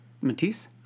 Matisse